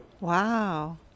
Wow